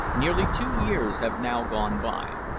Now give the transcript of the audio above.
nearly two years have now gone by.